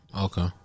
Okay